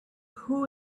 who